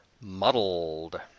Muddled